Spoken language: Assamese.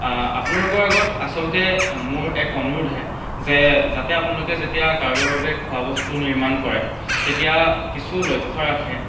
আপোনালোকৰ আগতে আচলতে মোৰ এক অনুৰোধহে যে যাতে আপোনালোকে যেতিয়া কাৰোবাৰ বাবে খোৱা বস্তু নিৰ্মাণ কৰে তেতিয়া কিছু লক্ষ্য ৰাখে